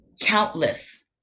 countless